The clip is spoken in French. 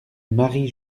marie